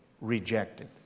rejected